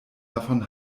davon